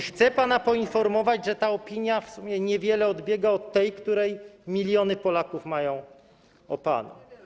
Chcę pana poinformować, że ta opinia w sumie niewiele odbiega od tej, którą miliony Polaków mają o panu.